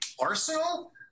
Arsenal